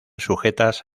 sujetas